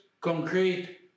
concrete